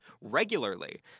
regularly